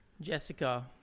Jessica